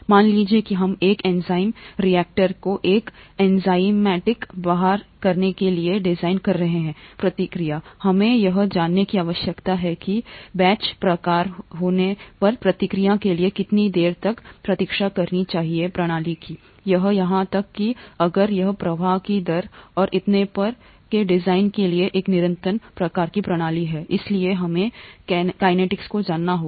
मान लीजिए कि हम एक एंजाइम रिएक्टर को एक एंजाइमेटिक बाहर करने के लिए डिज़ाइन कर रहे हैं प्रतिक्रिया हमें यह जानने की आवश्यकता है कि बैच प्रकार होने पर प्रतिक्रिया के लिए कितनी देर तक प्रतीक्षा करनी चाहिए प्रणाली की या यहां तक कि अगर यह प्रवाह की दर और इतने पर के डिजाइन के लिए एक निरंतर प्रकार की प्रणाली है इसलिए हमें कैनेटीक्स को जानना होगा